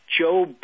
Joe